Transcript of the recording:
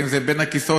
אם זה נופל בין הכיסאות,